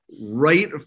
right